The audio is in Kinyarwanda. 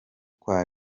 kwa